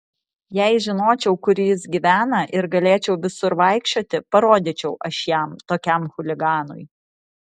jei žinočiau kur jis gyvena ir galėčiau visur vaikščioti parodyčiau aš jam tokiam chuliganui